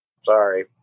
sorry